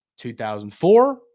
2004